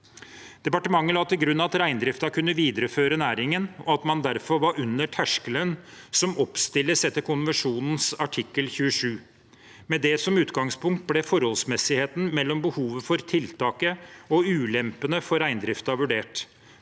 Departementet la til grunn at reindriften kunne videreføre næringen, og at man derfor var under terskelen som oppstilles etter konvensjonens artikkel 27. Med det som utgangspunkt ble forholdsmessigheten mellom behovet for tiltaket og ulempene for reindriften vurdert.